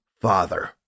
Father